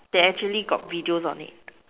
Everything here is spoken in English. that actually got videos on it